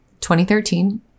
2013